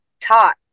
taught